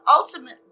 ultimately